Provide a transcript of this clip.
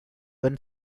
when